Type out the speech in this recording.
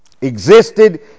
existed